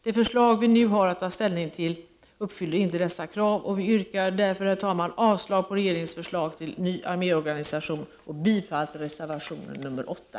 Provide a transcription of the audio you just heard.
Det förslag vi nu har att ta ställning till uppfyller ej dessa krav, och jag yrkar därför avslag på regeringens förslag till ny arméorganisation och bifall till reservation 8.